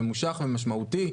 ממושך ומשמעותי,